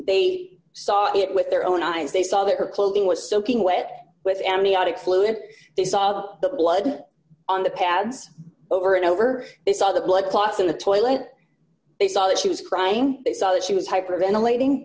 they saw it with their own eyes they saw their clothing was soaking wet with amniotic fluid they saw the blood on the pads over and over they saw the blood clots in the toilet they saw that she was crying they saw that she was hyperventilating